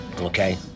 okay